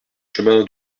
chemin